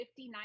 59